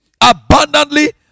abundantly